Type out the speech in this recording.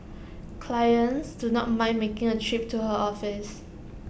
clients do not mind making A trip to her office